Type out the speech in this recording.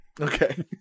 Okay